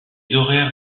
horaires